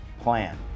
plan